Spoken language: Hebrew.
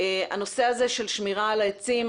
הנושא הזה של שמירה על העצים